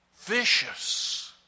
vicious